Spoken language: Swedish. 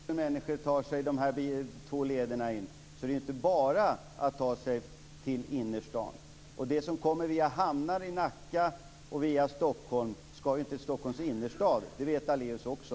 Fru talman! Jag har just redovisat för kammaren att 80 000 människor tar sig in via de två lederna, så det är inte bara att ta sig till innerstaden. Stockholm skall ju inte till Stockholms innerstad. Det vet Daléus också.